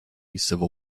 civil